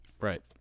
Right